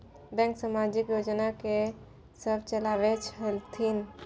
Bank समाजिक योजना की सब चलावै छथिन?